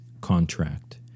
contract